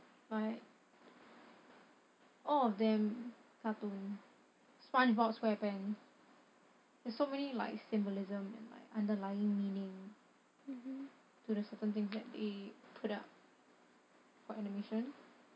like all of them cartoon spongebob squarepants there's so many like symbolism and like underlying meaning to the certain things that they put out for animation